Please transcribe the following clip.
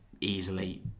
easily